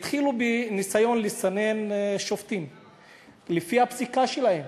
התחילו בניסיון לסנן שופטים לפי הפסיקה שלהם.